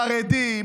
חרדים,